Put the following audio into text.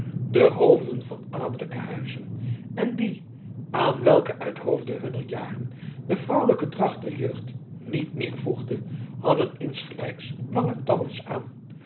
de hoofden van adellijke huizen en die aan welke uithoofde hunner jaren de vroolijke dracht der jeugd niet meer voegde hadden insgelijks lange tabberds aan